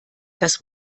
das